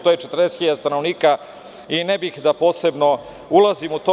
Tu je 40 hiljada stanovnika i ne bih da posebno ulazim u to.